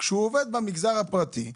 במגזר הפרטי,